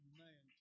Amen